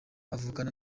avukana